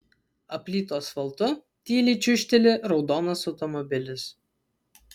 aplytu asfaltu tyliai čiūžteli raudonas automobilis